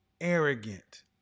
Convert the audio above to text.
arrogant